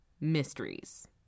mysteries